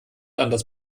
anders